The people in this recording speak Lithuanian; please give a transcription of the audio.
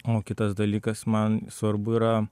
o kitas dalykas man svarbu yra